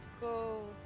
go